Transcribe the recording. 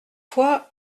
fois